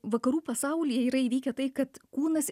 vakarų pasaulyje yra įvykę tai kad kūnas